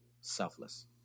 selfless